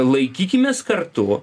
laikykimės kartu